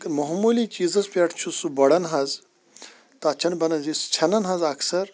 مۄہموٗلی چیٖزَس پٮ۪ٹھ چھُ سُہ بۄڑان حظ تَتھ چھنہٕ بَنان یِژھ ژِھٮ۪نان حظ اکثَر